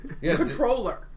controller